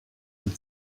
zum